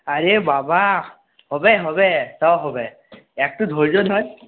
আরে বাবা হবে হবে সব হবে একটু ধৈর্য ধর